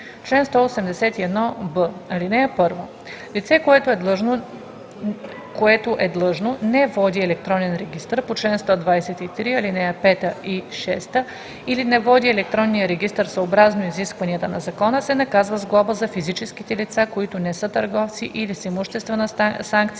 Лице, което, като е длъжно, не води електронен регистър по чл. 123, ал. 5 и 6 или не води електронния регистър съобразно изискванията на закона, се наказва с глоба – за физическите лица, които не са търговци, или с имуществена санкция